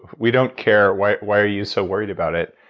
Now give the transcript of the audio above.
we don't care, why why are you so worried about it?